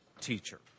teacher